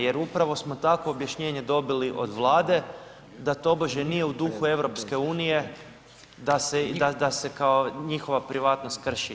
Jer upravo smo takvo objašnjenje dobili od Vlade, da tobože nije u duhu EU da se kao njihova privatnost krši.